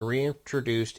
reintroduced